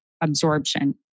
absorption